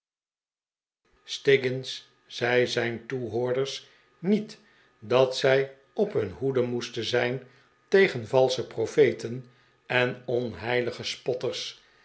zei zijn toehoorders niet dat zij op hun hoede moesten zijn tegen valsche profeten en onheilige spotters